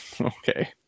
Okay